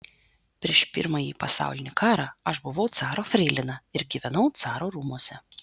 prieš pirmąjį pasaulinį karą aš buvau caro freilina ir gyvenau caro rūmuose